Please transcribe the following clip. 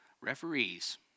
Referees